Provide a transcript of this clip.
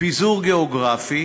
פיזור גיאוגרפי,